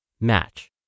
Match